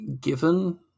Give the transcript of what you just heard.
given